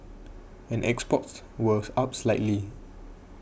and exports was up slightly